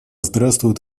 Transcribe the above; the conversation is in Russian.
здравствует